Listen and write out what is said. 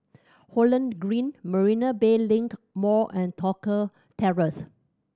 Holland Green Marina Bay Link Mall and Tosca Terrace